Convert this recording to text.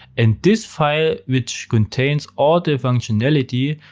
and this file, which contains all the functionality,